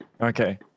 Okay